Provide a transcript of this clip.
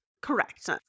Correct